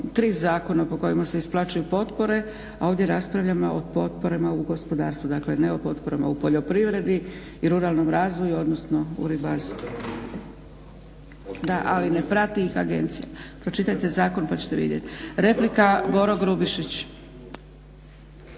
3 zakona po kojima se isplaćuju potpore a ovdje raspravljamo o potporama u gospodarstvu. Dakle, ne o potporama u poljoprivredi i ruralnom razvoju, odnosno u ribarstvu. … /Upadica se ne razumije./… Da, ali ne prati ih agencija. Pročitajte zakon pa ćete vidjeti. Replika, Boro Grubišić.